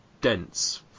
dense